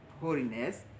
holiness